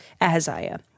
Ahaziah